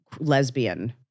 lesbian